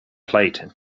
plate